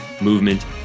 movement